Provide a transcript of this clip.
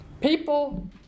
people